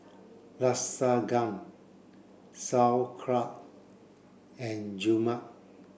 Lasagna Sauerkraut and Rajma